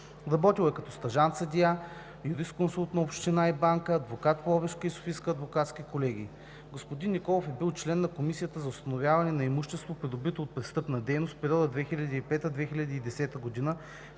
Работил е като стажант-съдия, юрисконсулт на община и банка, адвокат в Ловешка и Софийска адвокатски колегии. Господин Николов е бил член на Комисията за установяване на имущество, придобито от престъпна дейност, в периода 2005 – 2010 г.,